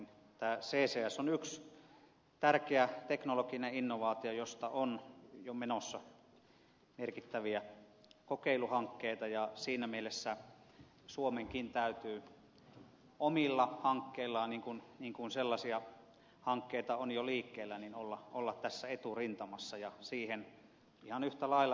tämä ccs on yksi tärkeä teknologinen innovaatio josta on jo menossa merkittäviä kokeiluhankkeita ja siinä mielessä suomenkin täytyy omilla hankkeillaan niin kuin sellaisia hankkeita on jo liikkeellä olla tässä eturintamassa ja siihen ihan yhtä lailla kuten ed